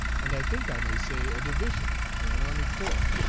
and i think i may say a division, or an army corps.